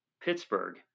Pittsburgh